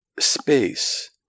space